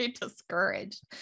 discouraged